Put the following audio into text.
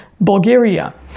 bulgaria